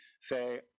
say